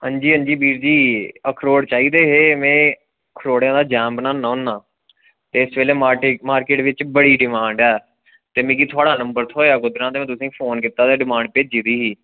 अंजी अंजी वीर जी अखरोट चाहि्दे हे में अखरोटें दा जैम बनाना होना ते इस बेल्लै मार्किट बिच बड़ी डिमांड ऐ ते मिगी थुआढ़ा नंबर थ्होया ते में तुसेंगी फोन कीता ते डिमांड कीती दी ही